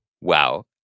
Wow